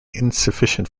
insufficient